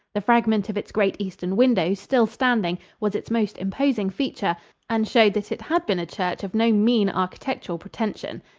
the fragment of its great eastern window, still standing, was its most imposing feature and showed that it had been a church of no mean architectural pretension.